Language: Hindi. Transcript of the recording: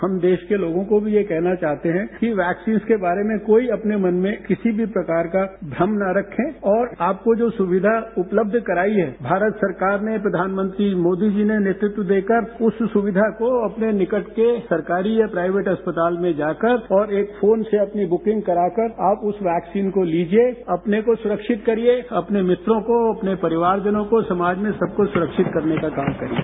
हम देश के लोगों को भी ये कहना चाहते हैं कि वैक्सीन्स के बारे में कोई अपने मन में किसी प्रकार का भ्रम न रखें और आपको जो स्विधा उपलब्ध कराई है भारत सरकार ने प्रधानमंत्री मोद ी जी ने नेतृत्व देकर उस सुविधा को अपने निकट के सरकारी या प्राइवेट अस्पताल में जाकर और एक फोन से अपनी बुकिंग कराकर आप उस वैक्सीन को लीजिए अपने को सुरक्षित करिए अपने मित्रों को अपने परिवार जनों को समाज में सबको सुरक्षित करने का काम करिए